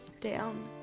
down